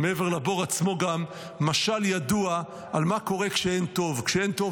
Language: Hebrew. מעבר לבור עצמו משל ידוע על מה קורה כשאין טוב: כשאין טוב,